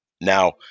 Now